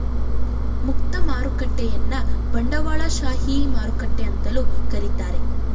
ಮುಕ್ತ ಮಾರುಕಟ್ಟೆಯನ್ನ ಬಂಡವಾಳಶಾಹಿ ಮಾರುಕಟ್ಟೆ ಅಂತಲೂ ಕರೀತಾರೆ